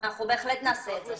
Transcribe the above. אנחנו בהחלט נעשה את זה.